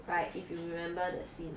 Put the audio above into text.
right if you remember the scene